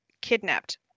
kidnapped